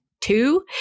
two